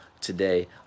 today